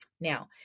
Now